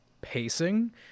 pacing